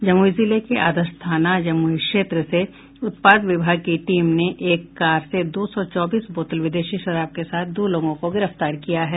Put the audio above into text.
जमुई जिले के आदर्श थाना जमुई क्षेत्र से उत्पाद विभाग की टीम ने एक कार से दो सौ चौबीस बोतल विदेशी शराब के साथ दो लोगों को गिरफ्तार किया है